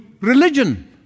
religion